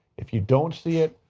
if you don't see it,